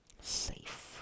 safe